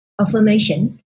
affirmation